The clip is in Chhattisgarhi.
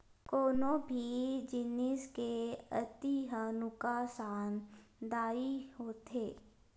कोनो भी जिनिस के अति ह नुकासानदायी होथे